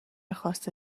خواسته